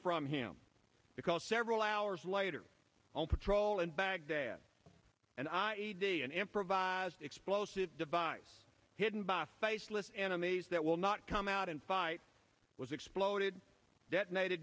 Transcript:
from him because several hours later on patrol in baghdad and i e d an improvised explosive device hidden by faceless enemies that will not come out and fight was exploded detonated